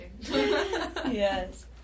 Yes